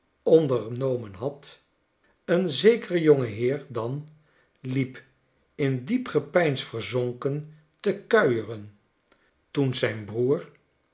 ondernomen had een zekere jongeheer dan liep in diep gepeins verzonken te kuieren toen zijn broer